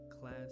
class